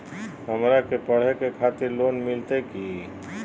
हमरा के पढ़े के खातिर लोन मिलते की?